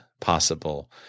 possible